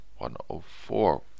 104